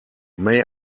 may